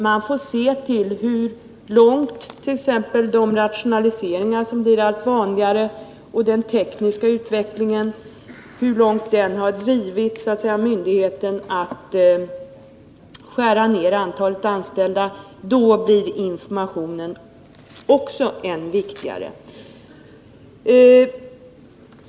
Man får se till hur långt t.ex. de rationaliseringar som blir allt vanligare och den tekniska utvecklingen har drivit myndigheten att skära ned antalet anställda. Vid sådana nedskärningar blir informationen ännu viktigare än annars.